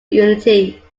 unity